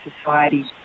society